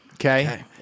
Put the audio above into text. Okay